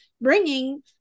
bringing